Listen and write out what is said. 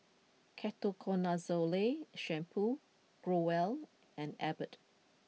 Ketoconazole Shampoo Growell and Abbott